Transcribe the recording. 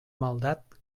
maldat